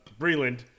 Breland